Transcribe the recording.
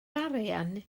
arian